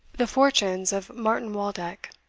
the fortunes of martin waldeck.